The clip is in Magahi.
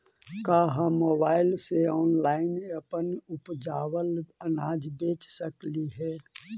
का हम मोबाईल से ऑनलाइन अपन उपजावल अनाज बेच सकली हे?